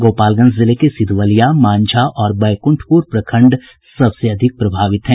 गोपालगंज जिले के सिधवलिया मांझा और बैकुंठपुर प्रखंड सबसे अधिक प्रभावित हैं